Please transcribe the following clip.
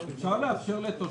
גפני, אפשר לאפשר גם לתושבת